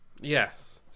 Yes